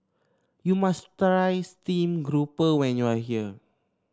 you must stream grouper when you are here